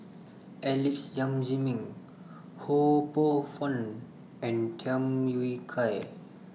Alex Yam Ziming Ho Poh Fun and Tham Yui Kai